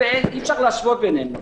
ואי-אפשר להשוות ביניהם אפילו.